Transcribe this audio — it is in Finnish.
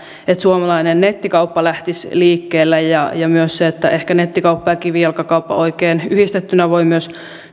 että suomalainen nettikauppa lähtisi liikkeelle ja ja myös että ehkä nettikauppa ja kivijalkakauppa oikein yhdistettynä voivat myös